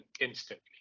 instantly